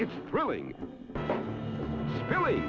it's really really